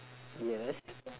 yes